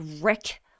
Rick